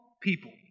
people